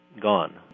gone